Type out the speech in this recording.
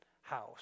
house